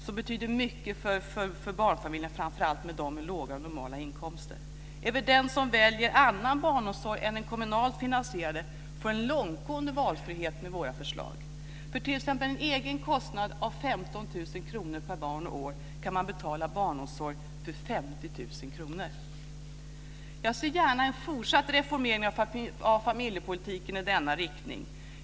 Det betyder mycket för barnfamiljerna, framför allt för dem med låga och normala inkomster. Även den som väljer annan barnomsorg än den kommunalt finansierade får en långtgående valfrihet med våra förslag. För t.ex. en egen kostnad av 15 000 kr per barn och år kan man betala barnomsorg för 50 000 kr. Jag ser gärna en fortsatt reformering av familjepolitiken i denna riktning.